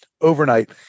overnight